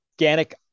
organic